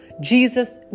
jesus